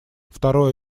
второе